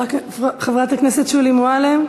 חברת הכנסת שולי מועלם,